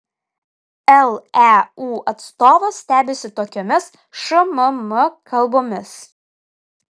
leu atstovas stebisi tokiomis šmm kalbomis